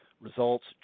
results